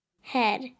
Head